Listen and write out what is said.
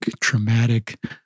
traumatic